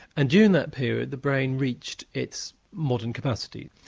and during that period the brain reached its modern capacity.